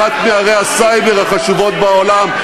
אחת מערי הסייבר החשובות בעולם,